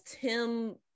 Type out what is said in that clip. Tim